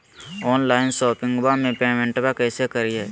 Online शोपिंगबा में पेमेंटबा कैसे करिए?